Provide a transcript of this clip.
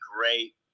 great